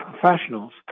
professionals